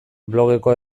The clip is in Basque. blogeko